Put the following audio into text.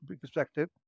perspective